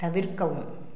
தவிர்க்கவும்